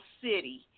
city